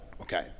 okay